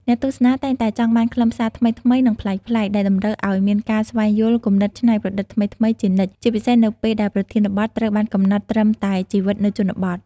អ្នកទស្សនាតែងតែចង់បានខ្លឹមសារថ្មីៗ និងប្លែកៗ ដែលតម្រូវឲ្យមានការស្វែងរកគំនិតច្នៃប្រឌិតថ្មីៗជានិច្ច ជាពិសេសនៅពេលដែលប្រធានបទត្រូវបានកំណត់ត្រឹមតែជីវិតនៅជនបទ។